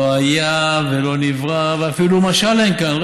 לא היה ולא נברא, ואפילו משל אין כאן.